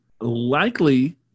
likely